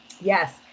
Yes